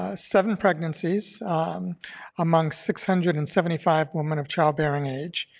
ah seven pregnancies among six hundred and seventy five women of childbearing age.